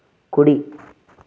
కుడి